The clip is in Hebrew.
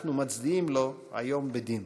ואנחנו מצדיעים לו היום בדין.